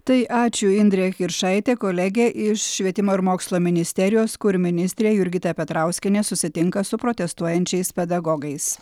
tai ačiū indrė kiršaitė kolegė iš švietimo ir mokslo ministerijos kur ministrė jurgita petrauskienė susitinka su protestuojančiais pedagogais